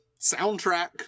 soundtrack